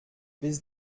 bis